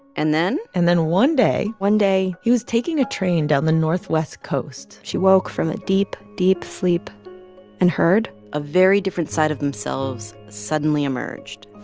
and then. and then one day. one day. he was taking a train down the northwest coast she woke from a deep, deep sleep and heard. a very different side of themselves suddenly emerged